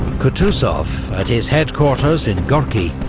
kutuzov, at his headquarters in gorki,